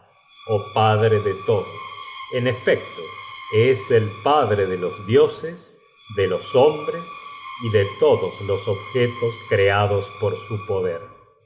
ó padre de todo en efecto es el padre de los dioses de los hombres y de todos los objetos creados por su poder